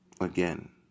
again